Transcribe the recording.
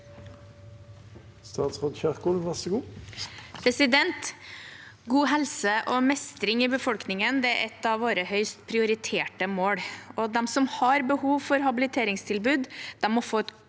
God helse og mestring i befolkningen er et av våre høyest prioriterte mål. De som har behov for habiliteringstilbud, må få et